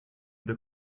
the